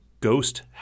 ghost